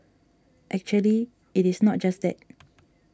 actually it is not just that